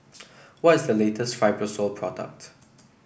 what is the latest Fibrosol product